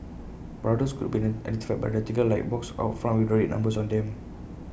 brothels could be identified by A rectangular light box out front with red numbers on them